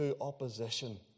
opposition